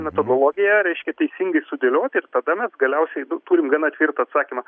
metodologiją reiškia teisingai sudėliot ir tada mes galiausiai turim gana tvirtą atsakymą